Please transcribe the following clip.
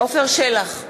עפר שלח,